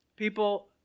People